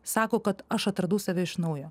sako kad aš atradau save iš naujo